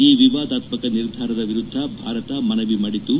ಈ ವಿವಾದಾತ್ಪಕ ನಿರ್ಧಾರದ ವಿರುದ್ಗ ಭಾರತ ಮನವಿ ಮಾಡಿತು